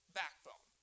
backbone